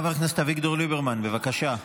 חבר הכנסת אביגדור ליברמן, בבקשה.